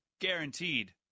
Guaranteed